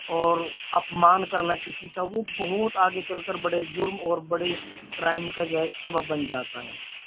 اور اپمان کرنا کسی کا وہ بہت آگے چل کر بڑے جرم اور بڑے کرائم کا جو ہے ایک سبب بن جاتا ہے